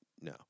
No